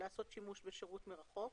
לעשות שימוש בשירות מרחוק